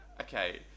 Okay